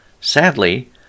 Sadly